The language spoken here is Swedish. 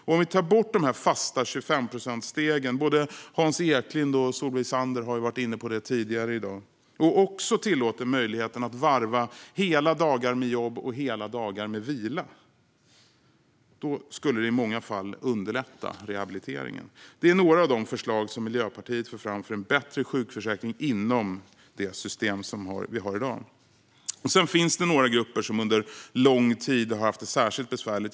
Om vi tar bort de fasta 25-procentsstegen - både Hans Eklind och Solveig Zander har varit inne på den frågan tidigare i dag - och också tillåter möjligheten att varva hela dagar med jobb och hela dagar med vila skulle det i många fall underlätta rehabiliteringen. Det här är några av de förslag som Miljöpartiet för fram för en bättre sjukförsäkring inom det system vi har i dag. Sedan finns några grupper som under lång tid har haft det särskilt besvärligt.